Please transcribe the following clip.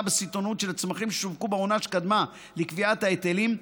בסיטונות של הצמחים ששווקו בעונה שקדמה לקביעת ההיטלים,